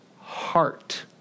heart